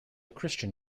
christian